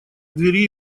двери